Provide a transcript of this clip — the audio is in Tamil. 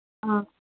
ஆ